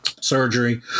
surgery